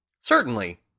Certainly